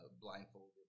blindfolded